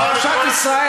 פרשת "ישראל